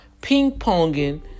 ping-ponging